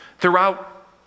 throughout